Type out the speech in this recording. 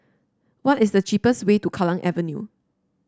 what is the cheapest way to Kallang Avenue